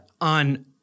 on